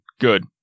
good